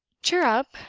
cheer up!